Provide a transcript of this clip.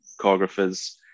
choreographers